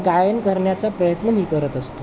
गायन करण्याचा प्रयत्न मी करत असतो